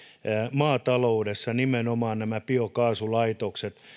maataloudessamme nimenomaan nämä biokaasulaitokset